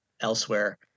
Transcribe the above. elsewhere